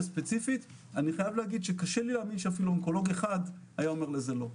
ספציפית קשה לי להגיד שאפילו אונקולוג אחד היה אומר לזה לא.